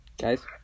Guys